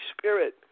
Spirit